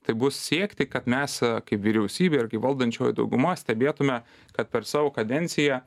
tai bus siekti kad mes kaip vyriausybė irgi valdančioji dauguma stebėtume kad per savo kadenciją